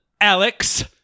Alex